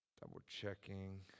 double-checking